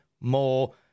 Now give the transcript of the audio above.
more